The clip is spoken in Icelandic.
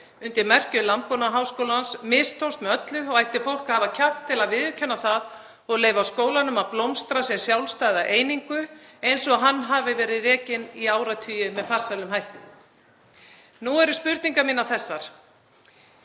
undir merkjum Landbúnaðarháskólans mistókst með öllu og ætti fólk að hafa kjark til að viðurkenna það og leyfa skólanum að blómstra sem sjálfstæða einingu, eins og hann hafði verið rekinn í áratugi með farsælum hætti. Nú eru spurningar mínar þessar: